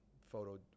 photo